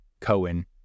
Cohen